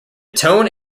tone